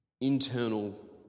internal